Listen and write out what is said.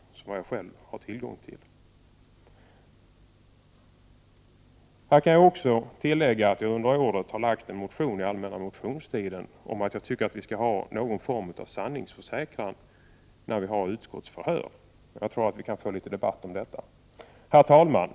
Det förhållandet gäller bl.a. för mig själv. Låt mig här tillägga att jag under den allmänna motionstiden har väckt en motion där jag föreslår någon form av sanningsförsäkran vid utskottsförhör. Jag hoppas att vi kan få litet debatt om detta. Fru talman!